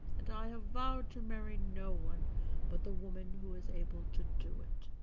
and i have vowed to marry no one but the woman who is able to do it.